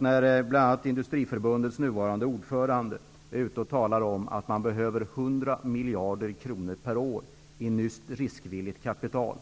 När bl.a. Industriförbundets nuvarande ordförande talar om att man behöver 100 miljarder kronor per år i nytt riskvilligt kapital